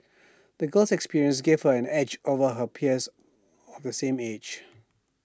the girl's experiences gave her an edge over her peers of the same age